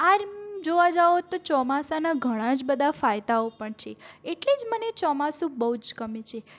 આમ જોવા જાવ તો ચોમાસાના ઘણા જ બધા ફાયદાઓ પણ છે એટલે જ મને ચોમાસું બહુ જ ગમે છે